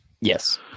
Yes